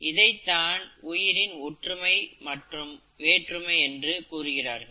இதைத்தான் உயிரின் ஒற்றுமை மற்றும் வேற்றுமை என்று கூறுகிறார்கள்